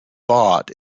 bought